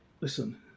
Listen